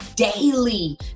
Daily